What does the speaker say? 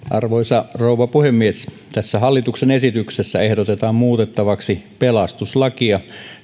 arvoisa rouva puhemies tässä hallituksen esityksessä ehdotetaan muutettavaksi pelastuslakia